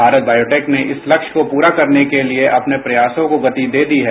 Bharat Biotech ने इस लक्ष्य को पूरा करने के लिए अपने प्रयासों को गति दे दी है